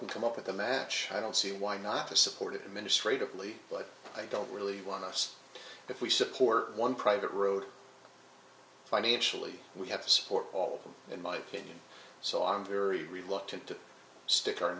can come up with a match i don't see why not to support administrative leave but i don't really want us if we support one private road financially we have to support all of them in my opinion so i'm very reluctant to stick our